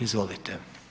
Izvolite.